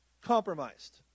compromised